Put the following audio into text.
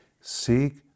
seek